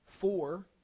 Four